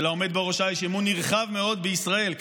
שלעומד בראשה יש אמון נרחב מאוד בישראל,